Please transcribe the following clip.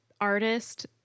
artist